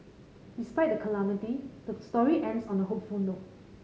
despite the calamity the story ends on a hopeful note